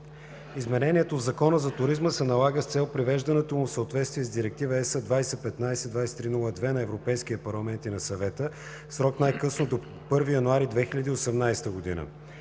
Изменението в Закона за туризма се налага с цел привеждането му в съответствие с Директива (ЕС) 2015/2302 на Европейския парламент и на Съвета в срок най-късно до 1 януари 2018 г.